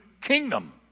kingdom